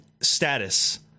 status